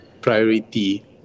priority